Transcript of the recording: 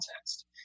context